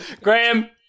Graham